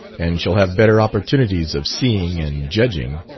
and shall have better opportunities of seeing and judging,